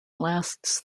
lasts